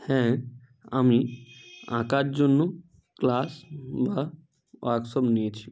হ্যাঁ আমি আঁকার জন্য ক্লাস বা ওয়ার্কশপ নিয়েছি